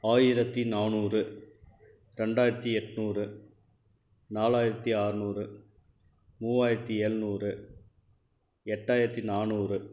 ஆயிரத்து நானூறு ரெண்டாயிரத்து எட்நூறு நாலாயிரத்து அறுநூறு மூவாயிரத்து ஏழ்நூறு எட்டாயிரத்து நானூறு